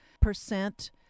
percent